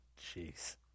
jeez